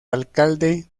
alcalde